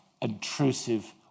intrusive